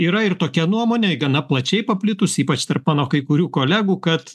yra ir tokia nuomonė ji gana plačiai paplitusi ypač tarp mano kai kurių kolegų kad